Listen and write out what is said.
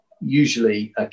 usually